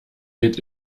gilt